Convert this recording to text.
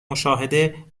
مشاهده